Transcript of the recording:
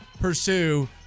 pursue